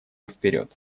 вперед